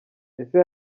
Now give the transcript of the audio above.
ese